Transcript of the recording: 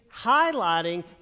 highlighting